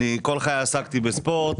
כל חיי עסקתי בספורט,